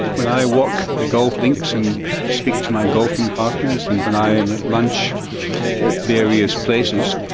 when i walk the golf links and speak to my golfing partners, and when i am at lunch at various places,